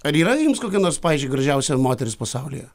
ar yra jums kokia nors pavyzdžiui gražiausia moteris pasaulyje